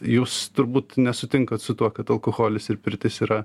jūs turbūt nesutinkat su tuo kad alkoholis ir pirtis yra